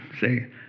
say